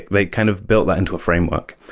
they kind of built that into a framework.